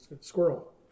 Squirrel